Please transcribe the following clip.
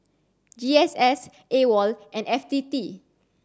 G S S AWOL and F T T